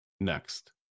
next